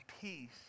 peace